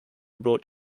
brought